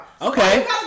Okay